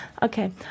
Okay